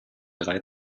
drei